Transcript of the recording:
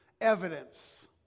evidence